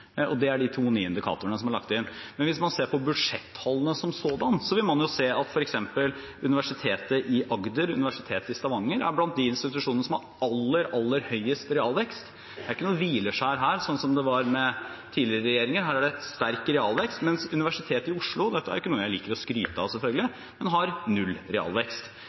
Det er de to nye indikatorene som er lagt inn. Hvis man ser på budsjettallene som sådan, vil man se at f.eks. Universitetet i Agder og Universitetet i Stavanger er blant de institusjonene som har aller, aller høyest realvekst. Det er ikke noe hvileskjær her, sånn som det var under tidligere regjeringer. Her er det sterk realvekst, mens Universitetet i Oslo – dette er selvfølgelig ikke noe jeg liker å skryte av – har null realvekst.